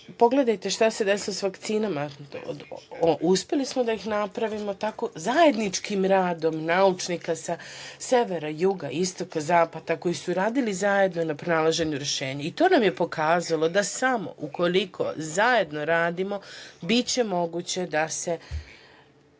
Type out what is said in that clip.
pogledajte šta se desilo sa vakcinama, uspeli smo da ih napravimo zajedničkim radom naučnika sa severa, juga, istoka, zapada. Radili su zajedno na pronalaženju rešenja. To nam je pokazalo da samo ukoliko zajedno radimo biće moguće da se